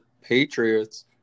Patriots